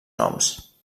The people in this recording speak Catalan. noms